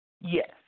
Yes